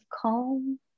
calm